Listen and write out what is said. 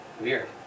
Weird